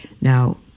Now